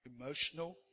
emotional